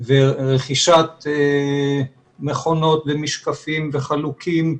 ורכישת מכונות ומשקפים וחלוקים,